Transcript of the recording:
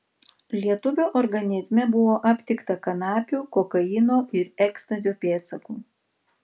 lietuvio organizme buvo aptikta kanapių kokaino ir ekstazio pėdsakų